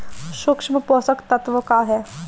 सूक्ष्म पोषक तत्व का ह?